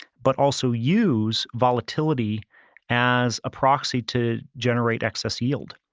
but also use volatility as a proxy to generate excess yield.